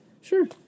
sure